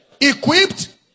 Equipped